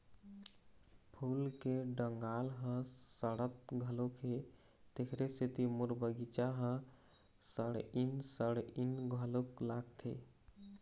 फूल के डंगाल ह सड़त घलोक हे, तेखरे सेती मोर बगिचा ह सड़इन सड़इन घलोक लागथे